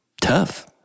tough